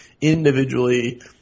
individually